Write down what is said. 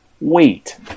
wait